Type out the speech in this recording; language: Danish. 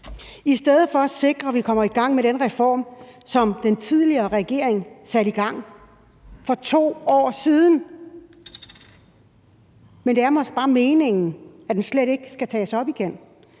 i stedet for at sikre, at vi kommer i gang med den reform, som den tidligere regering satte i gang for 2 år siden. Men det er måske bare meningen, at den slet ikke skal tages op igen.